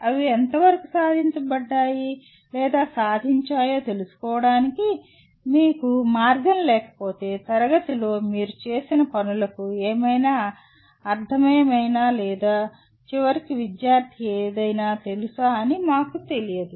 అవి ఎంతవరకు సాధించబడ్డాయి లేదా సాధించాయో తెలుసుకోవడానికి మీకు మార్గం లేకపోతే తరగతి గదిలో మీరు చేసిన పనులకు ఏమైనా అర్ధమేనా లేదా చివరికి విద్యార్థికి ఏదైనా తెలుసా అని మాకు తెలియదు